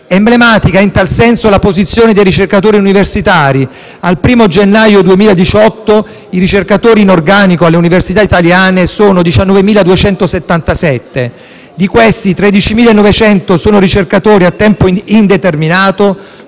Emblematica è, in tal senso, la posizione dei ricercatori universitari: al 1° gennaio 2018 i ricercatori in organico alle università italiane sono 19.277; di questi 13.900 sono ricercatori a tempo indeterminato